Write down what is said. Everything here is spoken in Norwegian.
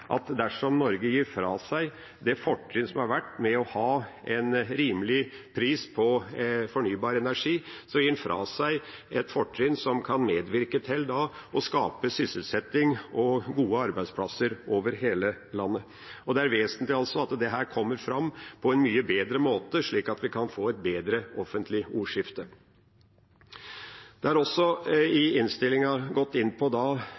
at dersom Norge gir fra seg det fortrinn som har vært med å ha en rimelig pris på fornybar energi, så gir en fra seg et fortrinn som kan medvirke til å skape sysselsetting og gode arbeidsplasser over hele landet. Det er vesentlig, altså, at dette kommer fram på en mye bedre måte, slik at vi kan få et bedre offentlig ordskifte. Det er også i innstillinga gått inn på